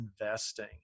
investing